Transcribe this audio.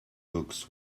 books